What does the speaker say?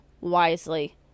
wisely